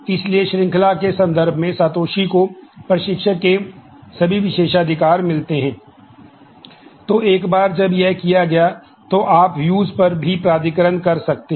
इसलिए श्रृंखला के संदर्भ में सातोशी को प्रशिक्षक के सभी विशेषाधिकार मिलते हैं